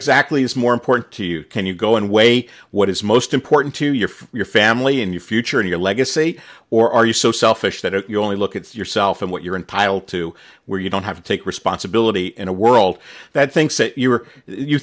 exactly is more important to you can you go and weigh what is most important to your for your family and your future and your legacy or are you so selfish that if you only look at yourself and what you're entitled to where you don't have to take responsibility in a world that thinks that you are you